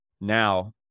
now